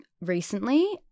recently